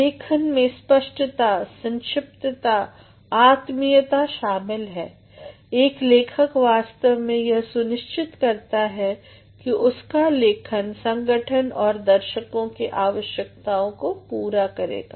लेखन में स्पष्टता संक्षिप्तता आत्मीयता शामिल है एक लेखक वास्तव में यह सुनिश्चित करता है कि उसका लेखन संगठन और दर्शकों के आवश्यकताओं को पूरा करेगा